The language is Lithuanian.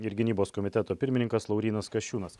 ir gynybos komiteto pirmininkas laurynas kasčiūnas